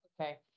Okay